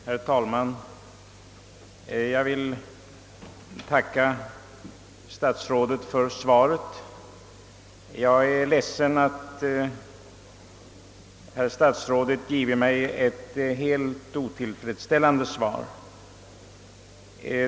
Herr talman! Jag tackar statsrådet för svaret. Jag är emellertid ledsen att statsrådet givit mig ett så otillfredsställande svar.